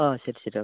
ആ ശരി ശരി ഓക്കേ